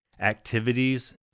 activities